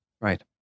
Right